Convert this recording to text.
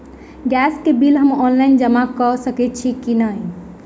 Gas केँ bill हम online जमा कऽ सकैत छी की नै?